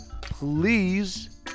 please